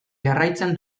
jarraitzen